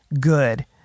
good